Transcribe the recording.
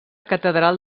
catedral